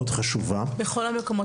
הוא מאוד חשוב --- בכל המקומות,